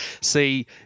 see